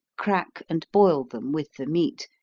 crack and boil them with the meat,